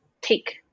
take